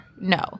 No